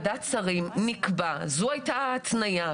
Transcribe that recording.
אבל בוועדת שרים נקבע, זו הייתה ההתניה.